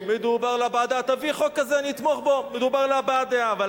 מדובר על הבעת דעה,